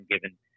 given